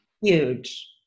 Huge